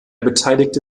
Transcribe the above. beteiligte